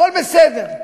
הכול בסדר,